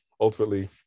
ultimately